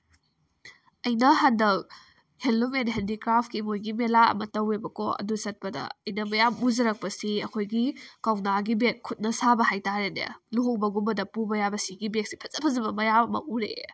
ꯑꯩꯅ ꯍꯟꯗꯛ ꯍꯦꯟꯂꯨꯝ ꯑꯦꯟ ꯍꯦꯟꯗꯤꯀ꯭ꯔꯥꯐꯀꯤ ꯃꯣꯏꯒꯤ ꯃꯦꯂꯥ ꯑꯃ ꯇꯧꯋꯦꯕꯀꯣ ꯑꯗꯨ ꯆꯠꯄꯗ ꯑꯩꯅ ꯃꯌꯥꯝ ꯎꯖꯔꯛꯄꯁꯤ ꯑꯩꯈꯣꯏꯒꯤ ꯀꯧꯅꯥꯒꯤ ꯕꯦꯒ ꯈꯨꯠꯅ ꯁꯥꯕ ꯍꯥꯏꯇꯔꯦꯅꯦ ꯂꯨꯍꯣꯡꯕꯒꯨꯝꯕꯗ ꯄꯨꯕ ꯌꯥꯕ ꯁꯤꯒꯤ ꯕꯦꯒꯁꯤ ꯐꯖ ꯐꯖꯕ ꯃꯌꯥꯝ ꯑꯃ ꯎꯔꯛꯑꯦ